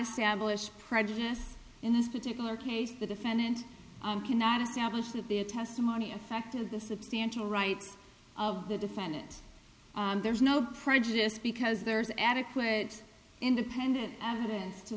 establish prejudice in this particular case the defendant cannot establish that the testimony affected the substantial rights of the defendant there is no prejudice because there is adequate independent evidence to